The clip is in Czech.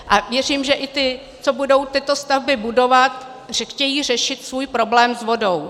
A věřím, že i ti, co budou tyto stavby budovat, chtějí řešit svůj problém s vodou.